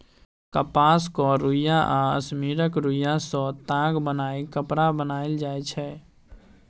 कपासक रुइया आ सिम्मरक रूइयाँ सँ ताग बनाए कपड़ा बनाएल जाइ छै